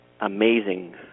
Amazing